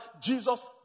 Jesus